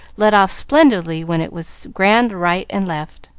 led off splendidly when it was grand right and left.